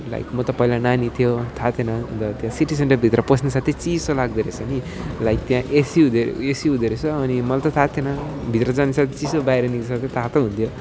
like म त पहिला नानी थिएँ हो थाहा थिएन अनि त त्यहाँ सिटी सेन्टरभित्र पस्ने साथै चिसो लाग्दो रहेछ नि लाइक त्यहाँ एसी हुँदो एसी हुँदो रहेछ अनि मलाई त थाहा थिएन भित्र जाने साथ चिसो बाहिर निक्लिसक्दा तातो हुन्थ्यो